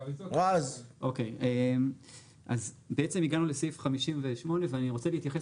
אוקי אז בעצם הגענו לסעיף 58 ואני רוצה להתייחס